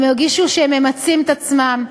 הם הרגישו שהם ממצים את עצמם,